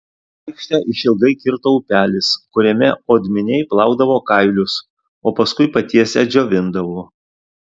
aikštę išilgai kirto upelis kuriame odminiai plaudavo kailius o paskui patiesę džiovindavo